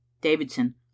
Davidson